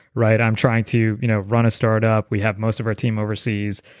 right? i'm trying to you know run a start up. we have most of our team overseas,